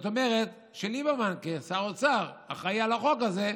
זאת אומרת שליברמן כשר האוצר, האחראי לחוק הזה,